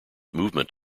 movement